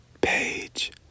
Page